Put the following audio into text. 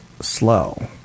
slow